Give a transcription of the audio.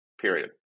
period